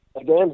again